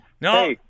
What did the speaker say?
No